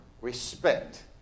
respect